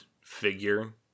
figure